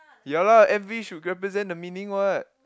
ya lah M_V should represent the meaning what